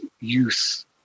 youth